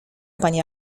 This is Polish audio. panie